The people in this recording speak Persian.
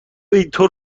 اینطور